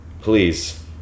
Please